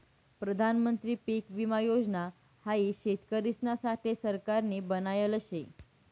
प्रधानमंत्री पीक विमा योजना हाई शेतकरिसना साठे सरकारनी बनायले शे